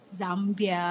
Zambia